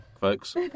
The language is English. folks